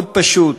מאוד פשוט: